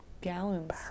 Gallons